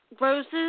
Roses